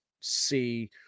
see